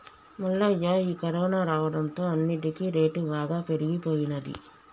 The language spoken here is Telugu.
మల్లయ్య ఈ కరోనా రావడంతో అన్నిటికీ రేటు బాగా పెరిగిపోయినది